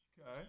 Okay